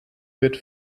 wird